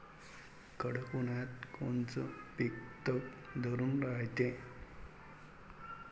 कडक उन्हाळ्यात कोनचं पिकं तग धरून रायते?